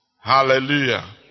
Hallelujah